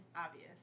obvious